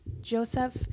Joseph